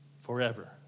forever